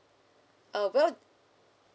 uh well